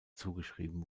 zugeschrieben